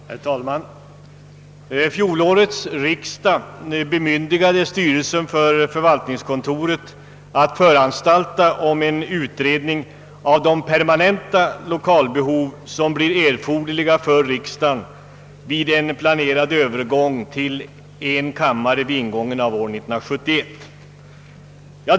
Herr talman! Fjolårets riksdag bemyndigade styrelsen för förvaltningskontoret att föranstalta om en utredning av de lokalbehov som blir erforderliga för riksdagen vid en planerad övergång till en kammare vid ingången av år 1971.